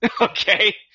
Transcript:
Okay